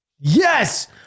Yes